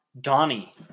donnie